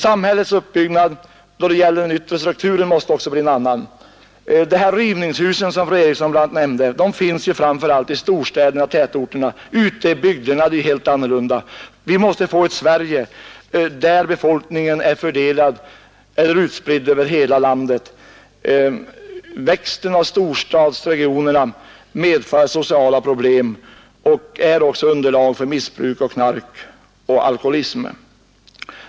Samhällets yttre struktur måste också bli en annan. De rivningshus som fru Eriksson i Stockholm nämnde finns framför allt i storstäderna och tätorterna; ute i bygderna är det helt annorlunda. Vi måste få ett Sverige, där befolkningen är utspridd över hela landet. Växten av storstadsregionerna medför sociala problem och bildar också underlag för knark och alkoholism.